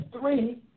three